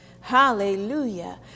Hallelujah